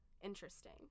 interesting